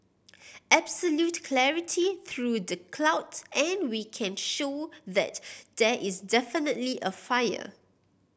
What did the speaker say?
absolute clarity through the clouds and we can show that there is definitely a fire